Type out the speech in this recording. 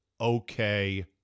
okay